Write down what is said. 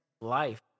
life